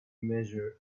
measure